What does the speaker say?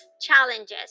challenges